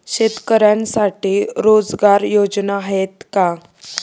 शेतकऱ्यांसाठी रोजगार योजना आहेत का?